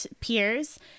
peers